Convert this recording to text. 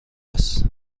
است